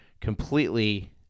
completely